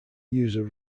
user